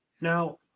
Now